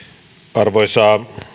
arvoisa